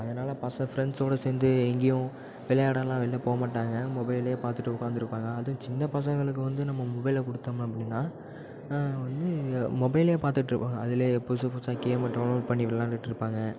அதனால் பச ஃப்ரெண்ட்ஸோடய சேர்ந்து எங்கேயும் விளையாடலாம் வெளில போக மாட்டாங்க மொபைலே பார்த்துட்டு உட்காந்துருப்பாங்க அதுவும் சின்ன பசங்களுக்கு வந்து நம்ம மொபைலை கொடுத்தோம் அப்படின்னா வந்து மொபைலே பார்த்துட்ருப்பாங்க அதுலேயே புதுசு புதுசாக கேமை டவுன்லோட் பண்ணி விளாண்டுட்ருப்பாங்க